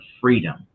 freedom